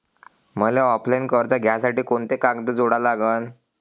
मले ऑफलाईन कर्ज घ्यासाठी कोंते कागद जोडा लागन?